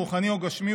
רוחני או גשמי,